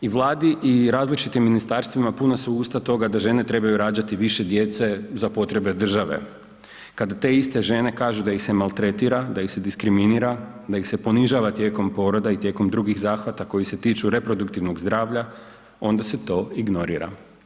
I Vladi i različitim ministarstvima puna su usta toga da žene trebaju rađati više djece za potrebe države, kad te iste žene kažu da ih se maltretira, da ih se diskriminira, da ih se ponižava tijekom poroda i tijekom drugih zahvata koji se tiču reproduktivnog zdravlja onda se to ignorira.